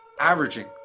averaging